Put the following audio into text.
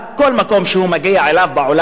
בכל מקום שהוא מגיע אליו בעולם,